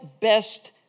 best